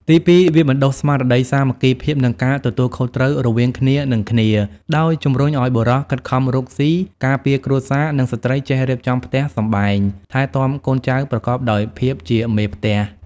ទីពីរ វាបណ្តុះស្មារតីសាមគ្គីភាព និងការទទួលខុសត្រូវរវាងគ្នានិងគ្នា ដោយជំរុញឲ្យបុរសខិតខំរកស៊ី ការពារគ្រួសារ និងស្ត្រីចេះរៀបចំផ្ទះសម្បែង ថែទាំកូនចៅ ប្រកបដោយភាពជាមេផ្ទះ។